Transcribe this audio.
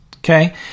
Okay